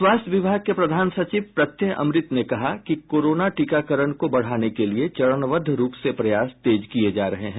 स्वास्थ्य विभाग के प्रधान सचिव प्रत्यय अमृत ने कहा कि कोरोना टीकाकरण को बढ़ाने के लिए चरणबद्ध रूप से प्रयास तेज किये जा रहे हैं